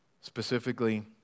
Specifically